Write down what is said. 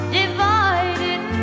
divided